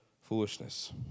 foolishness